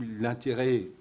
l'intérêt